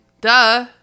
duh